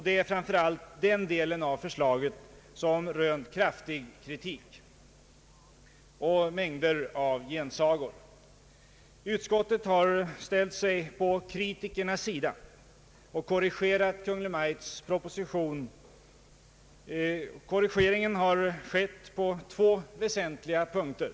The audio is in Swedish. Det är framför allt den delen av förslaget som mött kraftig kritik och mängder av gensagor. Utskottet har ställt sig på kritikernas sida och korrigerat Kungl. Maj:ts proposition. Korrigeringen har skett på två väsentliga punkter.